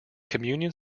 communion